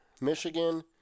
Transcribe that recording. Michigan